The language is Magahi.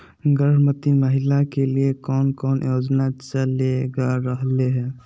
गर्भवती महिला के लिए कौन कौन योजना चलेगा रहले है?